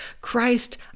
Christ